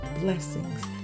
blessings